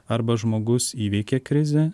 arba žmogus įveikia krizę